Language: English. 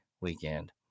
weekend